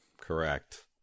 correct